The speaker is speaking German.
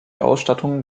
ausstattung